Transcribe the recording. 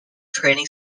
training